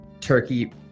turkey